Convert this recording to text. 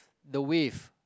the wave